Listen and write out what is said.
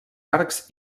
arcs